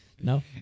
No